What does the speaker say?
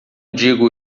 digo